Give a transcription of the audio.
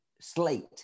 slate